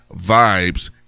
Vibes